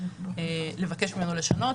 לבקש ממנו לשנות.